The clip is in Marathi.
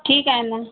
ठीक आहेना